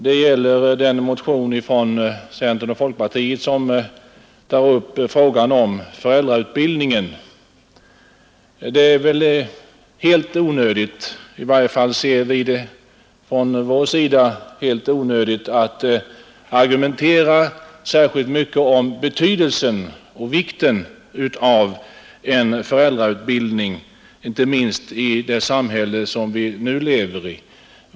Beträffande den motion från centern och folkpartiet som tar upp frågan om föräldrautbildningen ser vi det från vår sida som helt onödigt att argumentera särskilt mycket om betydelsen och vikten av en föräldrautbildning, inte minst i det samhälle som vi nu lever i.